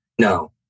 no